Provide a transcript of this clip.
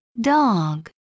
Dog